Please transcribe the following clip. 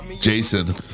Jason